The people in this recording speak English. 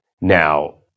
Now